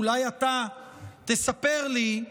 אולי אתה תספר לי,